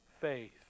faith